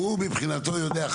הוא מבחינתו יודע,